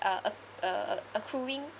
uh ac~ a~ a~ accruing